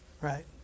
right